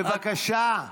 בבקשה.